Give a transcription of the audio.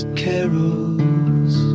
carols